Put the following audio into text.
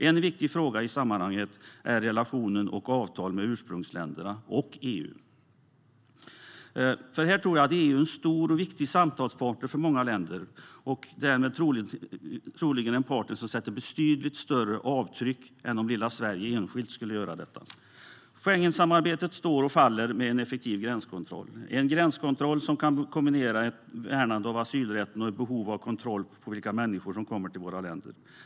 En viktig fråga i sammanhanget är relationerna och avtalen med ursprungsländerna och EU. Jag tror att EU är en stor och viktig samtalspartner för många länder och därmed troligen en partner som sätter betydligt större avtryck än om lilla Sverige enskilt skulle göra detta. Schengensamarbetet står och faller med en effektiv gränskontroll som kan kombinera ett värnande av asylrätten med behovet av kontroll över vilka människor som kommer till våra länder.